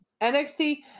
NXT